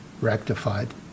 rectified